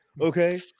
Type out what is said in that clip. Okay